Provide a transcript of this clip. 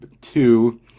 two